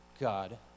God